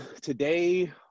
Today